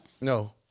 No